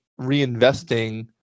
reinvesting